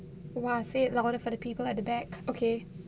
!wow! say it louder for the people at the back okay